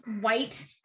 white-